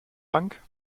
bank